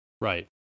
right